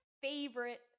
favorite